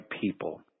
people